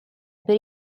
per